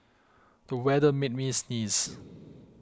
the weather made me sneeze